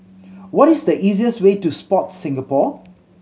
what is the easiest way to Sport Singapore